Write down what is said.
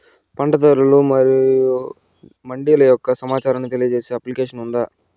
పంట ధరలు మరియు మండీల యొక్క సమాచారాన్ని తెలియజేసే అప్లికేషన్ ఉందా?